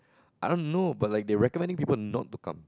I don't know but like they recommending people not to come